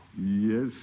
Yes